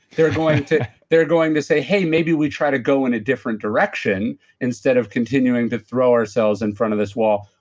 they're going they're going to say, hey. maybe we try to go in a different direction instead of continuing to throw ourselves in front of this wall,